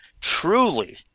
truly